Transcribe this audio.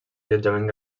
allotjament